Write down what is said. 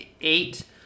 eight